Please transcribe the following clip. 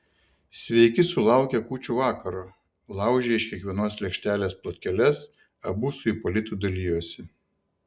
sveiki sulaukę kūčių vakaro laužė iš kiekvienos lėkštelės plotkeles abu su ipolitu dalijosi